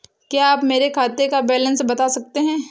क्या आप मेरे खाते का बैलेंस बता सकते हैं?